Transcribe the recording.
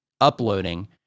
uploading